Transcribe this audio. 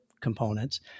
components